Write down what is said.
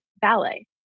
ballet